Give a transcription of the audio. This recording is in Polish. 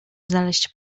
znaleźć